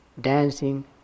dancing